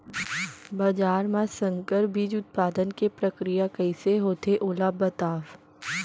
बाजरा मा संकर बीज उत्पादन के प्रक्रिया कइसे होथे ओला बताव?